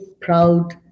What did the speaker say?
proud